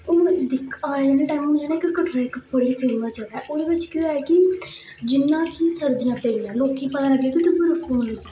हून दिज्जने आह्ले टाइम जेह्ड़ा कटरा इक बड़ी फेमस जगह ऐ ओह्दे बिच केह् हो ऐ कि जिना कि सर्दियां पेदियां लोकें गी पता लग्ग किधर रक्ख